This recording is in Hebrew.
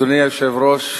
אדוני היושב-ראש,